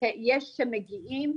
יש שמגיעים,